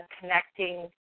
connecting